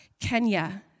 Kenya